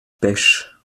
pêches